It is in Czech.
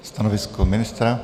Stanovisko ministra?